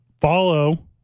Follow